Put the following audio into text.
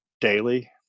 daily